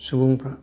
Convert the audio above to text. सुबुंफ्रा